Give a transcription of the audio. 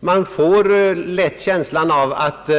Man får lätt känslan av att